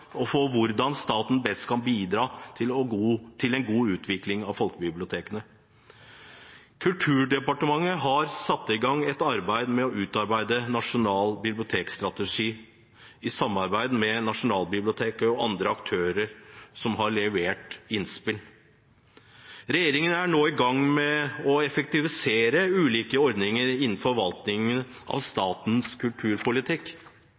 staten best kan bidra til en god utvikling av folkebibliotekene. Kulturdepartementet har satt i gang et arbeid med å utarbeide en nasjonal bibliotekstrategi i samarbeid med Nasjonalbiblioteket og andre aktører som har levert innspill. Regjeringen er nå i gang med å effektivisere ulike ordninger innenfor forvaltningen av statens kulturpolitikk